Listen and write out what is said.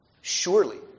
Surely